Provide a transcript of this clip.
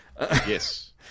Yes